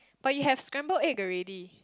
but you have scrambled egg already